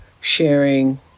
sharing